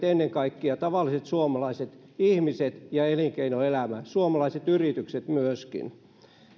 ennen kaikkea tavalliset suomalaiset ihmiset ja elinkeinoelämä suomalaiset yritykset myöskin